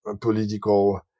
political